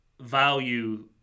value